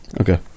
Okay